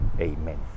amen